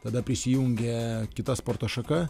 tada prisijungė kita sporto šaka